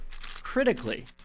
critically